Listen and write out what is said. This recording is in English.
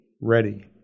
ready